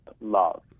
love